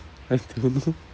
I don't know